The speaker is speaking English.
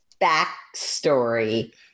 backstory